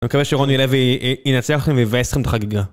אני מקווה שרוני אלבי ינצח לכם ויבאס לכם את החגיגה.